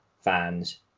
fans